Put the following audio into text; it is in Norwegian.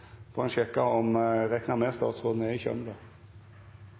med at statsråden er i kjømda.